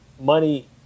money